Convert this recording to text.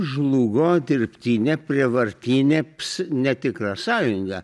žlugo dirbtinė prievartinė ps netikra sąjunga